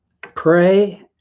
pray